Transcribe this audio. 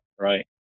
right